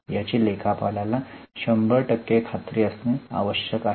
याची लेखापालाला शंभर टक्के खात्री असणे आवश्यक आहे